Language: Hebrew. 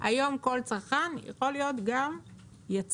היום כל צרכן יכול להיות גם יצרן.